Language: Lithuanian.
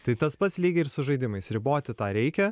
tai tas pats lygiai ir su žaidimais riboti tą reikia